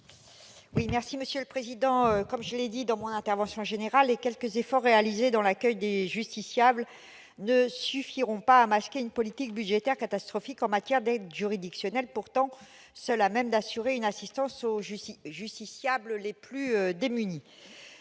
à Mme Éliane Assassi. Je l'ai dit dans mon intervention liminaire, les quelques efforts réalisés relatifs à l'accueil des justiciables ne suffiront pas à masquer une politique budgétaire catastrophique en matière d'aide juridictionnelle, pourtant seule capable d'assurer une assistance aux justiciables les plus démunis.